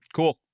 Cool